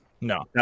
No